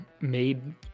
made